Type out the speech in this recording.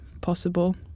possible